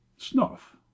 snuff